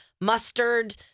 mustard